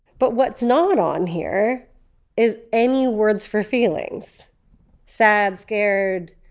but what's not on here is any words for feelings sad, scared,